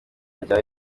rya